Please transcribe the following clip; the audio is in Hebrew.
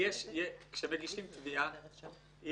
כשמגישים תביעה,